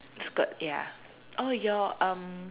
skirt ya oh your um